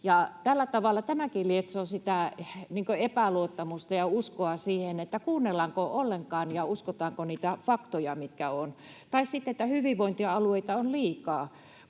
Tämäkin lietsoo sitä epäluottamusta ja epäuskoa siihen, että kuunnellaanko ollenkaan ja uskotaanko niitä faktoja, mitä on. Tai sitten, että hyvinvointialueita on liikaa